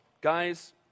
Guys